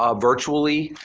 ah virtually,